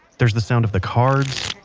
there's the sound of the cards,